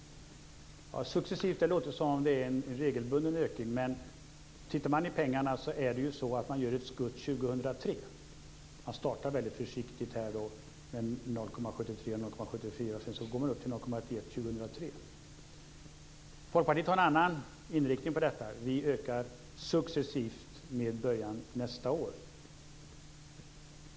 Successivt låter som om det är en regelbunden ökning. Men tittar man på pengarna så visar det sig att man gör ett skutt 2003. Man startar väldigt försiktigt med 0,73 % och 0,74 %, och sedan går man upp till 0,81 % 2003. Folkpartiet har en annan inriktning på detta. Vi ökar successivt med början nästa år.